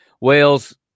Wales